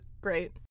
great